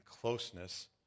closeness